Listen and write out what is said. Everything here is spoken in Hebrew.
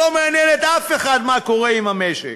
לא מעניין את אף אחד מה קורה עם המשק